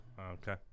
Okay